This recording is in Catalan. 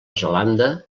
zelanda